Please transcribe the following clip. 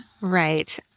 Right